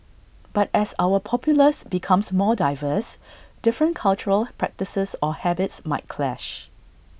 but as our populace becomes more diverse different cultural practices or habits might clash